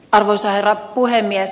arvoisa herra puhemies